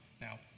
Now